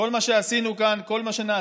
כל מה שעשינו כאן, כל מה שנעשה,